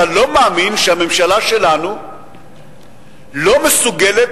אתה לא מאמין שהממשלה שלנו לא מסוגלת